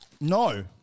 No